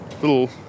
little